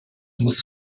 muss